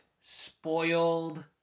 spoiled